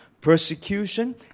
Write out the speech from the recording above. persecution